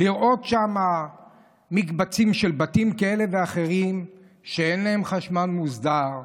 לראות שם מקבצים של בתים כאלה ואחרים שאין להם חשמל מוסדר.